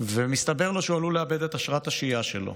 ומסתבר לו שהוא עלול לאבד את אשרת השהייה שלו.